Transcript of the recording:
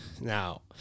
Now